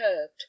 curved